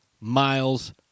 miles